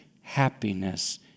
happiness